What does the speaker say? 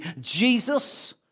Jesus